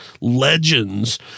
legends